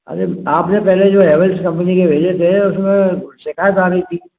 अरे आपने पहले जो हैवेल्स कंपनी के भेजे थे उसमें शिकायत आ रही थी